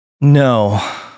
no